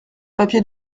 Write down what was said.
papier